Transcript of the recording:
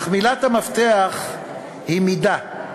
אך מילת המפתח היא "מידה".